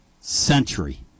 Century